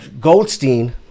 Goldstein